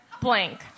blank